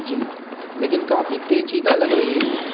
جی لیکن کافی پیچیدہ لگ رہی ہے یہ